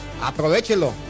Aprovechelo